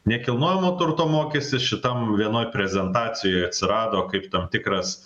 nekilnojamo turto mokestis šitam vienoj prezentacijoj atsirado kaip tam tikras